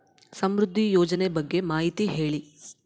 ಸಮೃದ್ಧಿ ಯೋಜನೆ ಬಗ್ಗೆ ಮಾಹಿತಿ ಹೇಳಿ?